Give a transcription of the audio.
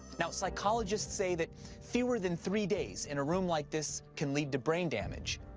now, psychologists say that fewer than three days in a room like this can lead to brain damage.